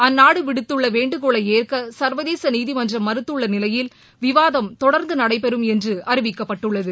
அந்நாடு விடுத்துள்ள வேண்டுகோளை ஏற்க சர்வதேச நீதிமன்றம் மறுத்துள்ள நிலையில் விவாதம் தொடர்ந்து நடைபெறும் என்று அறிவிக்கப்பட்டுள்ளது